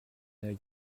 œil